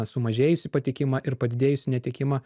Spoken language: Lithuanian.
sumažėjusį patikimą ir padidėjusį netekimą